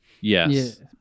Yes